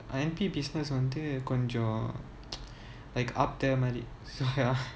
ya business வந்துகொஞ்சம்:vanthu konjam ya N_P business like up there மாதிரி:mathiri so ya